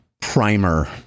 primer